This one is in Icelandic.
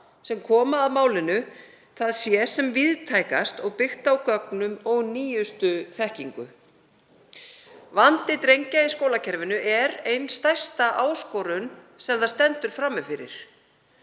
nefndir, og það sé sem víðtækast og byggt á gögnum og nýjustu þekkingu. Vandi drengja í skólakerfinu er ein stærsta áskorunin sem það stendur frammi fyrir.